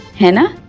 naina,